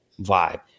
vibe